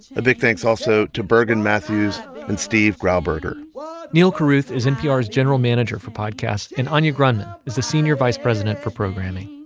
a big thanks also to bergen matthews and steve grauberger neal carruth is npr's general manager for podcasts, and anya grundmann is the senior vice president for programming.